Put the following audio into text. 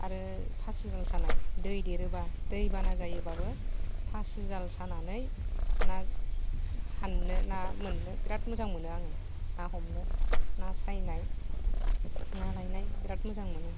आरो फासिजों सानाय दै देरोबा दै बाना जायोबाबो फासि जाल सानानै ना हाननो ना मोन्नो बिराथ मोजां मोनो आङो ना हमनो ना सायनाय ना लायनाय बिराथ मोजां मोनो